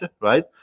right